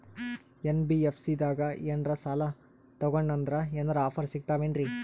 NBFC ದಾಗ ಏನ್ರ ಸಾಲ ತೊಗೊಂಡ್ನಂದರ ಏನರ ಆಫರ್ ಸಿಗ್ತಾವೇನ್ರಿ?